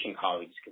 colleagues